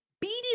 beating